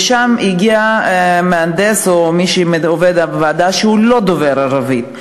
ולשם הגיע מהנדס או עובד הוועדה שאינו דובר ערבית.